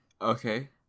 Okay